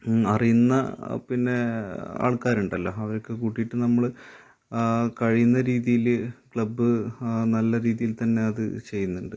അറിയുന്ന പിന്നെ ആൾക്കാരുണ്ടല്ലോ അതക്കെ കൂട്ടിയിട്ട് നമ്മള് ആ കഴിയുന്ന രീതിയില് ക്ലബ്ബ് നല്ല രീതിയിൽ തന്നെ അത് ചെയ്യുന്നുണ്ട്